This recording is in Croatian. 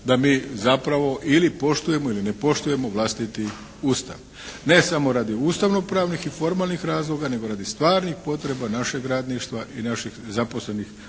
da mi zapravo ili poštujemo ili ne poštujemo vlastiti Ustav. Ne samo radi ustavnopravnih i formalnih razloga nego radi stvarnih potreba našeg radništva i naših zaposlenih osoba.